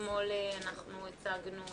אתמול אנחנו הצגנו,